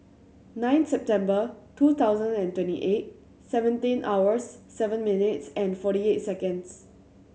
nine September two thousand and twenty eight seventeen hours seven minutes and forty eight seconds